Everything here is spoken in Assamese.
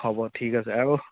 হ'ব ঠিক আছে আৰু